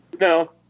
No